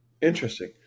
Interesting